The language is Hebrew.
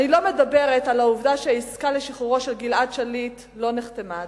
אני לא מדברת על העובדה שהעסקה לשחרורו של גלעד שליט לא נחתמה עדיין.